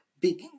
big